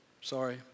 sorry